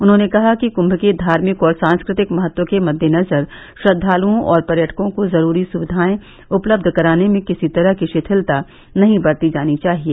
उन्होंने कहा कि कुम्भ के धार्मिक और सांस्कृतिक महत्व के मद्देनजर श्रद्वालुओं और पर्यटकों को जुरूरी सुविधाएं उपलब्ध कराने में किसी तरह की शिथिलता नहीं बरती जानी चाहिए